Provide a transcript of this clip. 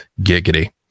Giggity